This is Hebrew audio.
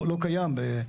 לא קיים,